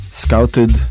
scouted